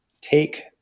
take